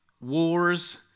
wars